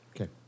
Okay